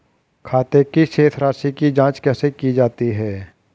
खाते की शेष राशी की जांच कैसे की जाती है?